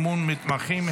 אימון מתמחים),